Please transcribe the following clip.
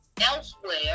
elsewhere